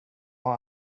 har